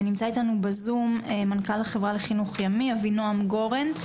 נמצא אתנו בזום מנכ"ל החברה לחינוך ימי אבינועם גורן.